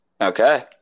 Okay